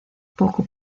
poco